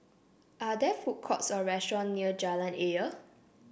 are there food courts or restaurant near Jalan Ayer